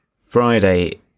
Friday